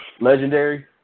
Legendary